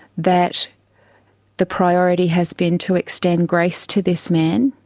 that the priority has been to extend grace to this man